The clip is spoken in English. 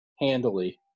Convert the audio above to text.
handily